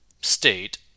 state